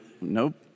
Nope